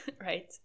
right